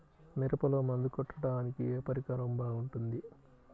మిరపలో మందు కొట్టాడానికి ఏ పరికరం బాగుంటుంది?